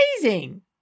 amazing